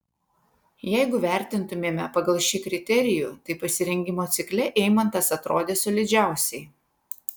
jeigu vertintumėme pagal šį kriterijų tai pasirengimo cikle eimantas atrodė solidžiausiai